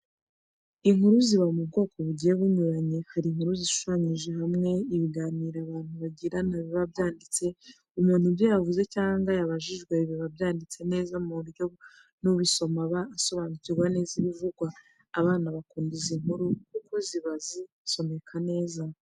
Inkuru ziba mu bwoko bugiye bunyuranye, hari inkuru zishushanyije hamwe ibiganiro abantu bagirana biba byanditse, umuntu ibyo yavuze cyangwa yabajijwe biba byanditse neza mu buryo n'ubisoma aba asobanukirwa neza ibivugwa, abana bakunda izi nkuru kuko ziba zisomeka neza.